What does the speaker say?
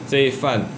这一饭